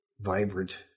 vibrant